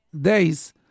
days